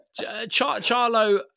Charlo